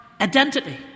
identity